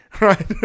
right